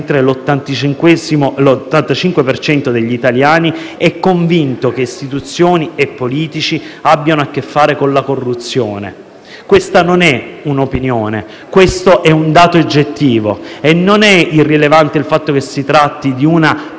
per cento degli italiani è convinto che istituzioni e politici abbiano a che fare con la corruzione. Questa non è un'opinione: questo è un dato oggettivo. E non è irrilevante il fatto che si tratti di una